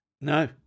No